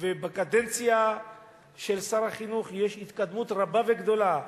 ובקדנציה של שר החינוך יש התקדמות רבה וגדולה,